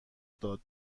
داد